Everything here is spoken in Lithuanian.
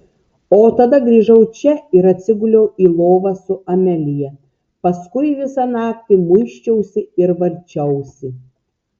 o tada grįžau čia ir atsiguliau į lovą su amelija paskui visą naktį muisčiausi ir varčiausi